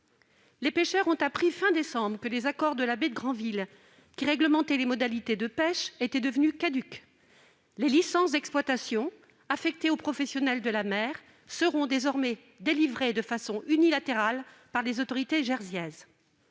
les pêcheurs ont appris à la fin de décembre dernier que les accords de la baie de Granville, qui réglementaient les modalités de pêche, étaient devenus caducs. Les licences d'exploitation affectées aux professionnels de la mer seront désormais délivrées de façon unilatérale par les autorités jersiaises.